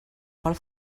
pel